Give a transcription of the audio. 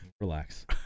relax